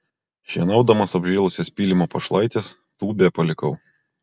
šienaudamas apžėlusias pylimo pašlaites tūbę palikau